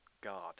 God